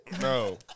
No